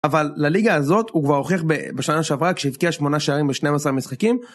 אבל לליגה הזאת הוא כבר הוכח בשנה שעברה כשהבקיע 8 שערים ב12 משחקים